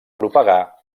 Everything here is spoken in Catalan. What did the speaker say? propagar